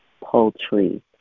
poultry